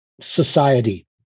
society